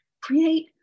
create